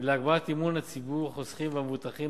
ולהגברת אמון ציבור החוסכים והמבוטחים